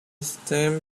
stand